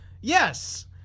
Yes